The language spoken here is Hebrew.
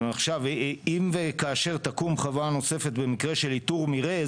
אם וכאשר תקום חווה נוספת במקרה של איתור מרעה,